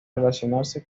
relacionarse